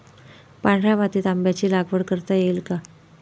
पांढऱ्या मातीत आंब्याची लागवड करता येईल का?